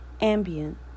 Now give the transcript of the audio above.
ambient